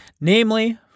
Namely